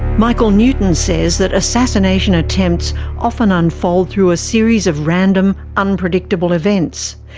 michael newton says that assassination attempts often unfold through a series of random unpredictable events.